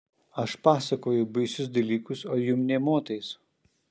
aš pasakoju baisius dalykus o jum nė motais